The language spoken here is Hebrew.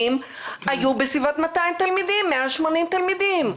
היו בסביבות 200 תלמידים, 180 תלמידים.